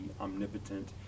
omnipotent